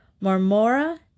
Marmora